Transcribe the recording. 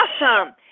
awesome